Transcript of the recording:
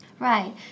Right